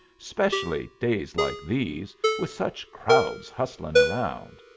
specially days like these, with such crowds hustlin' around.